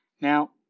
Now